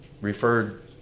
referred